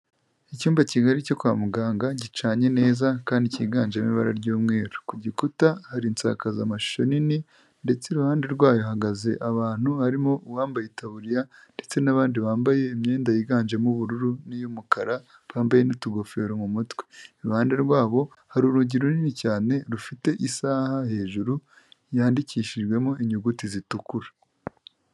Icyumba kigari cyo kwa muganga gicanye neza kandi cyiganjemo ibara ry'umweru. Ku gikuta hari insakazamashusho nini ndetse iruhande rwayo hahagaze abantu harimo uwambaye itaburiya ndetse n'abandi bambaye imyenda yiganjemo ubururu n'iy'umukara, bambaye n'utugofero mu mutwe. Iruhande rwabo hari urugi runini cyane rufite isaha hejuru yandikishijwemo inyuguti zitukura.